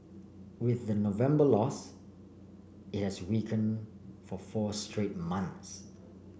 with the November loss it has weaken for four straight months